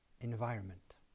environment